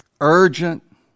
Urgent